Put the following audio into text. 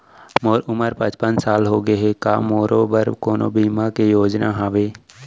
मोर उमर पचपन साल होगे हे, का मोरो बर कोनो बीमा के योजना हावे?